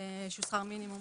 שכר מינימום